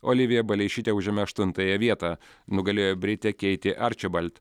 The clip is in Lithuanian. olivija baleišytė užėmė aštuntąją vietą nugalėjo britė keitė arčebalt